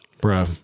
Bro